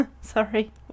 sorry